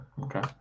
Okay